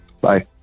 Bye